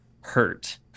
hurt